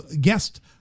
guest